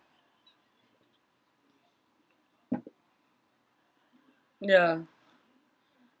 ya